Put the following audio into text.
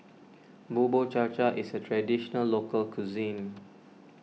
Bubur Cha Cha is a Traditional Local Cuisine